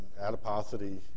adiposity